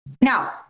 Now